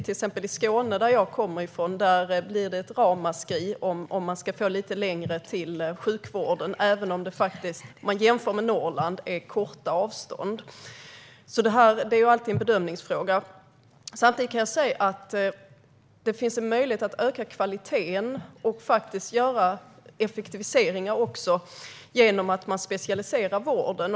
I till exempel Skåne, som jag kommer från, blir det ramaskri om man ska få lite längre till sjukvården, även om det jämfört med i Norrland handlar om korta avstånd. Det är alltså alltid en bedömningsfråga. Det finns möjlighet att öka kvaliteten och att göra effektiviseringar genom att specialisera vården.